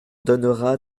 donnera